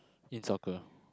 need soccer